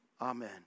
Amen